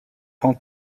quand